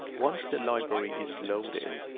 once the library is loaded,